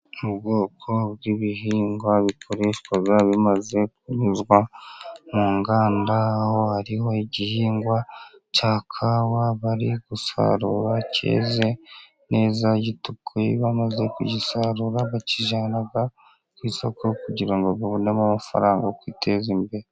Ubwoko bw'ibihingwa bikoreshwa bimaze kunyuzwa mu nganda, aho hariho igihingwa cya kawa, bari gusarura cyeze neza gitukuye, bamaze kugisarura bakijyana ku isoko, kugira ngo babonemo amafaranga kwiteza imbere.